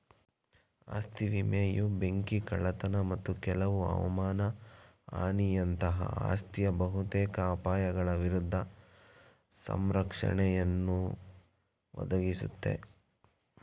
ಆಸ್ತಿ ವಿಮೆಯು ಬೆಂಕಿ ಕಳ್ಳತನ ಮತ್ತು ಕೆಲವು ಹವಮಾನ ಹಾನಿಯಂತಹ ಆಸ್ತಿಯ ಬಹುತೇಕ ಅಪಾಯಗಳ ವಿರುದ್ಧ ಸಂರಕ್ಷಣೆಯನ್ನುಯ ಒದಗಿಸುತ್ತೆ